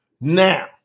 Now